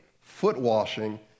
foot-washing